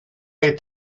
est